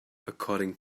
according